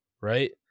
right